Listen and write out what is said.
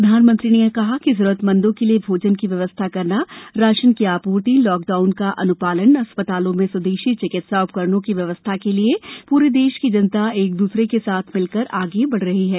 प्रधानमंत्री ने कहा कि जरूरतमंदों के लिए भोजन की व्यवस्था करना राशन की आपूर्ति लॉक ाउन का अन्पालन अस्पतालों में स्वदेशी चिकित्सा उपकरणों की व्यवस्था के लिए पूरे देश की जनता एक दूसरे के साथ मिलकर आगे बढ़ रही है